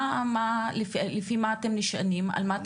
על מה אתם נשענים ונשענות?